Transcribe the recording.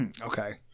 Okay